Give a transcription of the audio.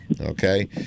okay